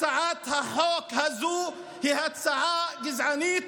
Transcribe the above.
הצעת החוק הזו היא הצעה גזענית.